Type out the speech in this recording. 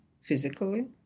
physically